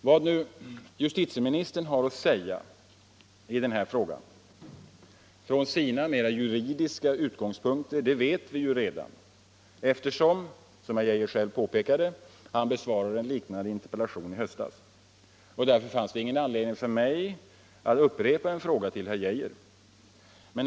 Vad nu justitieministern har att säga i den här frågan från sina mera juridiska utgångspunkter, det vet vi ju redan, eftersom — som herr Geijer själv påpekade — han besvarade en liknande interpellation i höstas. Därför fanns det ingen anledning för mig att upprepa en fråga till herr Geijer.